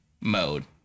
mode